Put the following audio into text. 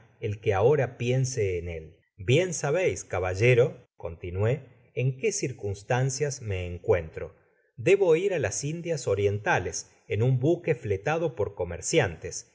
el que ahora piense en él bien sabeis caballero continué en qué circunstancias me encuentro debo ir á las indias orientales en un buque fletado por comerciantes